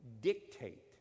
dictate